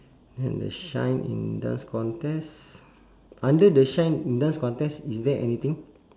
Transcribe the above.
then the shine in dance contest under the shine in dance contest is there anything